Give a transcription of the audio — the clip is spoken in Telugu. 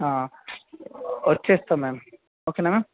వచ్చేస్తాం మ్యామ్ ఒకేనా మ్యామ్